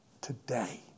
Today